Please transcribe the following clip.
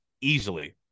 easily